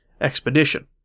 expedition